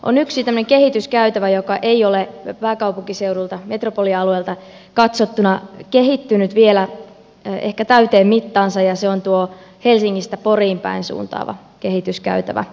on yksi tämmöinen kehityskäytävä joka ei ole pääkaupunkiseudulta metropolialueelta katsottuna kehittynyt vielä ehkä täyteen mittaansa ja se on tuo helsingistä poriin päin suuntaava kehi tyskäytävä